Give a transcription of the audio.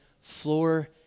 floor